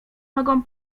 mogą